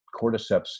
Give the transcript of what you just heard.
cordyceps